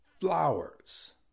flowers